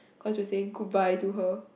because we're saying goodbye to her